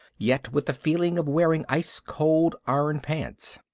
yet with the feeling of wearing ice cold iron pants.